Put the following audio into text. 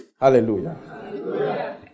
Hallelujah